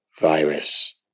virus